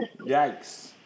Yikes